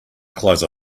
close